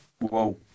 Whoa